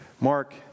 Mark